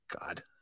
god